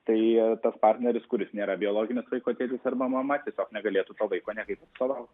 tai tas partneris kuris nėra biologinis vaiko tėtis arba mama tiesiog negalėtų to vaiko niekaip atstovauti